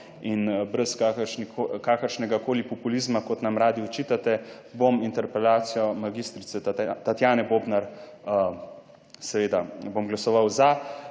kakršnega koli populizma, kot nam radi očitate, bom interpelacijo mag. Tatjane Bobnar, seveda